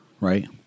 Right